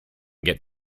get